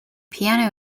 piano